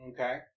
Okay